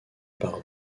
par